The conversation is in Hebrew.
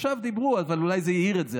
עכשיו דיברו, אז אולי זה העיר את זה.